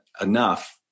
enough